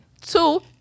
two